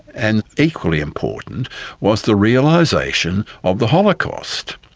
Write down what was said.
and equally important was the realisation of the holocaust.